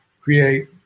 create